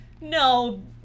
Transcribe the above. No